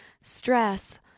stress